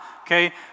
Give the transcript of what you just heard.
okay